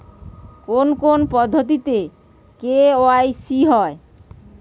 কোন কোন পদ্ধতিতে কে.ওয়াই.সি হয়?